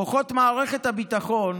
כוחות מערכת הביטחון,